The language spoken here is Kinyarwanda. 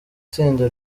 tsinda